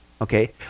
okay